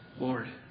Lord